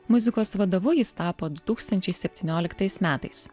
muzikos vadovu jis tapo du tūkstančiai septynioliktais metais